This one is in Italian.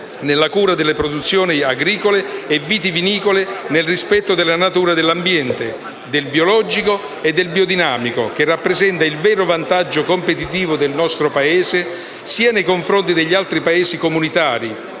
nella cura delle produzioni agricole e vitivinicole, nel rispetto della natura dell'ambiente, del biologico e del biodinamico, che rappresentano il vero vantaggio competitivo del nostro Paese, sia nei confronti degli altri Paesi comunitari,